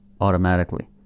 automatically